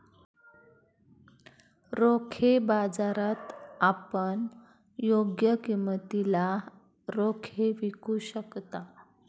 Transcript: रोखे बाजारात आपण योग्य किमतीला रोखे विकू शकता